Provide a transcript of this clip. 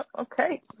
Okay